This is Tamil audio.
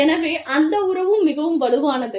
எனவே அந்த உறவும் மிகவும் வலுவானது